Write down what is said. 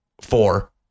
four